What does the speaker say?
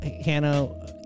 Hanno